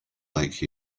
like